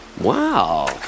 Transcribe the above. Wow